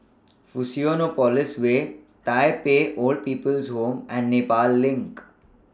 Fusionopolis Way Tai Pei Old People's Home and Nepal LINK